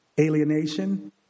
alienation